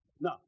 now